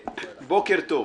טוב,